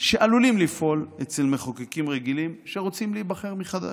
שעלולים לפעול אצל מחוקקים רגילים שרוצים להיבחר מחדש.